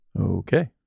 Okay